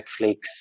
Netflix